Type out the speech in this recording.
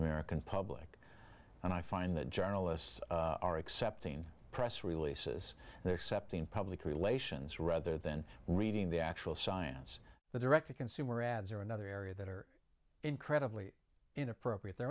american public and i find that journalists are accepting press releases there except in public relations rather than reading the actual science the direct to consumer ads are another area that are incredibly inappropriate the